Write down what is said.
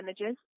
images